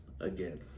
again